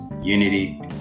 unity